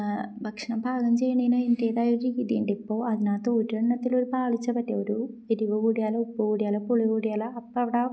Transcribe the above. ഭക്ഷണം പാകം ചെയ്യുന്നതിന് അതിൻ്റേതായ ഒരു രീതിയുണ്ട് ഇപ്പോൾ അതിനകത്ത് ഒരു എണ്ണത്തിൽ ഒരു പാളിച്ച പറ്റിയാൽ ഒരു എരിവ് കൂടിയാൽ ഉപ്പ് കൂടിയാൽ പുളി കൂടിയാൽ അപ്പം അവിടെ